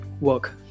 work